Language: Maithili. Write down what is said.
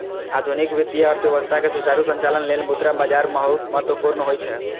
आधुनिक वित्तीय अर्थव्यवस्था के सुचारू संचालन लेल मुद्रा बाजार बहुत महत्वपूर्ण होइ छै